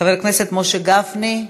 חבר הכנסת משה גפני,